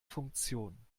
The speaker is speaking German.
funktion